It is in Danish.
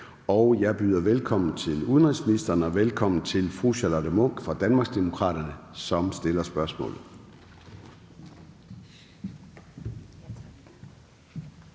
Jeg byder velkommen til udenrigsministeren og til fru Charlotte Munch fra Danmarksdemokraterne, som stiller spørgsmålet.